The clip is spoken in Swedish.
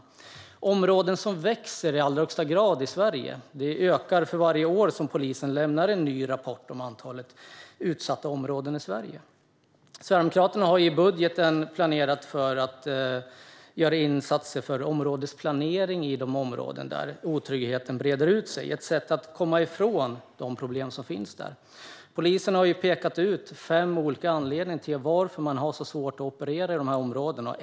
Sådana områden växer i allra högsta grad i antal i Sverige. De ökar i antal för varje år som polisen lämnar en ny rapport om utsatta områden i Sverige. Sverigedemokraterna har i budgeten planerat för att göra insatser för områdesplanering i de områden där otryggheten breder ut sig. Det är ett sätt att komma ifrån de problem som finns där. Polisen har pekat ut fem olika anledningar till att man har så svårt att operera i dessa områden.